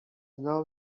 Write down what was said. now